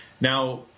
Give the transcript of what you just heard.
Now